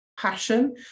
passion